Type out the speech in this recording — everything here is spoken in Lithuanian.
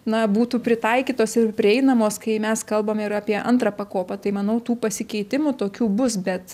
na būtų pritaikytos ir prieinamos kai mes kalbame ir apie antrą pakopą tai manau tų pasikeitimų tokių bus bet